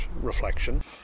reflection